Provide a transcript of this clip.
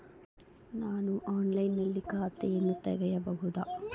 ನಾನು ಆನ್ಲೈನಿನಲ್ಲಿ ಖಾತೆಯನ್ನ ತೆಗೆಯಬಹುದಾ?